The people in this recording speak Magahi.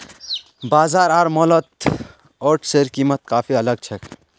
बाजार आर मॉलत ओट्सेर कीमत काफी अलग छेक